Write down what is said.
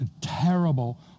terrible